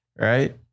right